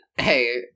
hey